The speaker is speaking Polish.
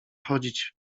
chodzić